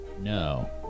No